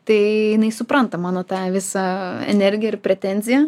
tai jinai supranta mano tą visą energiją ir pretenziją